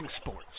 sports